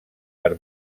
per